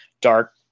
dark